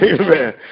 Amen